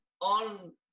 On